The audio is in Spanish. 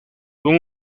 con